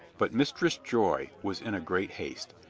but mistress joy was in a great haste.